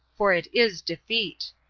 for it is defeat.